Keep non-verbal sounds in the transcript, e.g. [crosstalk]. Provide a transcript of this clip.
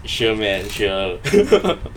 sure man sure [laughs]